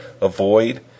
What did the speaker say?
avoid